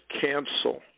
Cancel